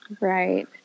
Right